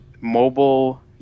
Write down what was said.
mobile